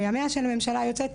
בימיה של הממשלה היוצאת.